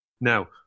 Now